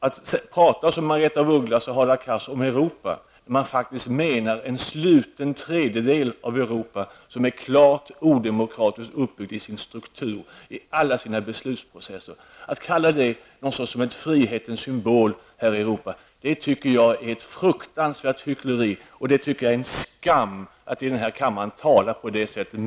Att tala som Margaretha af Ugglas och Hadar Cars om Europa, när man i realiteten menar en sluten tredjedel av Europa som är klart odemokratiskt uppbyggt till sin struktur i alla sina beslutsprocesser, att kalla det för ett slags frihetens symbol är ett fruktansvärt hyckleri. Jag anser att det är en skam att i denna kammare tala på det sättet.